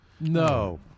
No